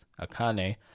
Akane